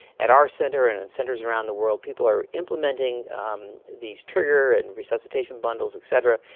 at our center and in centers around the world, people are implementing these trigger and resuscitation bundles, et cetera,